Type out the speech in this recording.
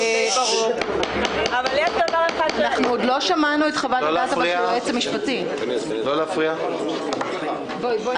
שקוף וזועק לשמים וגם קבורתו בעוד דקות